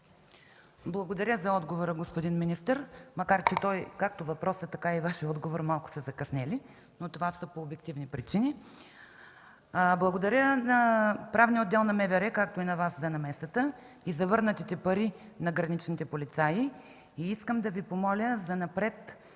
Благодаря за отговора, господин министър, макар че както въпросът, така и Вашият отговор са малко закъснели, но това е по обективни причини. Благодаря на Правния отдел на МВР, както и на Вас за намесата и за върнатите пари на граничните полицаи. Искам да Ви помоля занапред